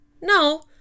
no